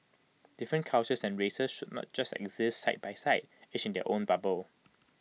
different cultures and races should not just exist side by side each in their own bubble